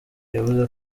yavuze